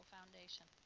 Foundation